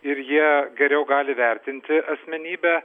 ir jie geriau gali vertinti asmenybę